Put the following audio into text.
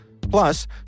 Plus